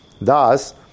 Thus